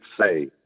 say